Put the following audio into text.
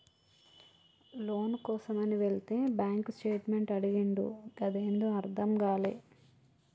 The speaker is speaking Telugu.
లోను కోసమని వెళితే బ్యాంక్ స్టేట్మెంట్ అడిగిండు గదేందో అర్థం గాలే